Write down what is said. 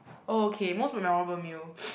oh okay most memorable meal